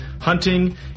hunting